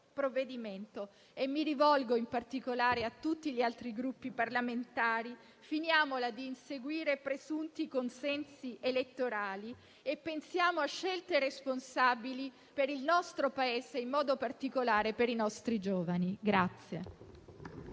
e desidero rivolgermi in particolare a tutti gli altri Gruppi parlamentari: finiamola di inseguire presunti consensi elettorali e pensiamo a scelte responsabili per il nostro Paese e in modo particolare per i nostri giovani.